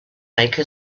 make